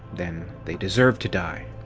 then they deserved to die.